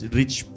rich